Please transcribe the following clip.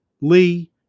Lee